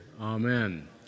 Amen